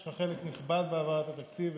יש לך חלק נכבד בהעברת התקציב.